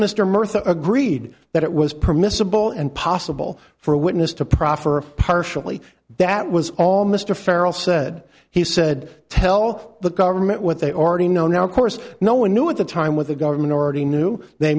mr murtha agreed that it was permissible and possible for a witness to proffer partially that was all mr farrell said he said tell the government what they already know now of course no one knew at the time with the government already knew they